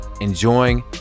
enjoying